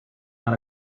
not